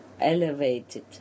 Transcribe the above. elevated